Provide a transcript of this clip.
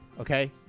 Okay